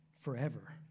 forever